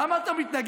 למה אתה מתנגד?